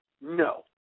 no